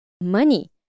money